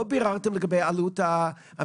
לא ביררתם לגבי העלות האמיתית.